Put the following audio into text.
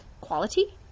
quality